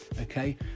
okay